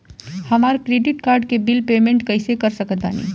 हमार credit card के bill payment कइसे कर सकत बानी?